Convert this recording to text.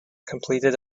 completed